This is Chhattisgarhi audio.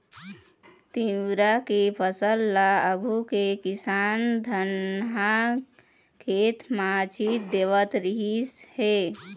तिंवरा के फसल ल आघु के किसान धनहा खेत म छीच देवत रिहिस हे